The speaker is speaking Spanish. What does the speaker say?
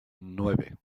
nueve